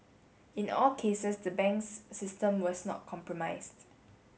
in all cases the banks system was not compromised